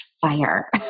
fire